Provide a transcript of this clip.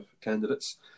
candidates